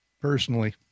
Personally